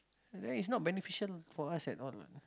then is not beneficial for us at all what